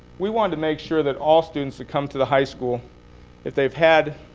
we wanted to make sure that all students that come to the high school if they've had